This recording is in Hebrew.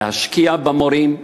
להשקיע במורים,